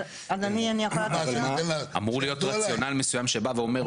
אבל אמור להיות רציונל מסוים שבא ואומר מה טווח ההשפעה.